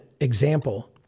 example